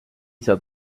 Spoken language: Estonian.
saad